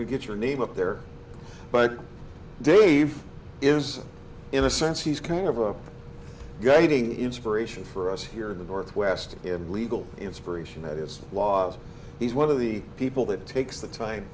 we get your name up there but dave is in a sense he's kind of a guiding inspiration for us here in the northwest in legal inspiration that is laws he's one of the people that takes the time